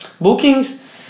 bookings